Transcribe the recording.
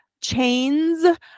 chains